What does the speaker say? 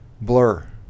Blur